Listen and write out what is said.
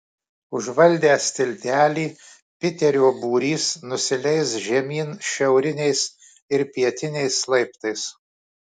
užvaldęs tiltelį piterio būrys nusileis žemyn šiauriniais ir pietiniais laiptais